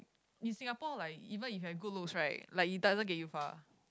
in Singapore like even if you have a good looks right like it doesn't get you far